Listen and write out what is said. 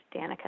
Danica